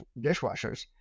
dishwashers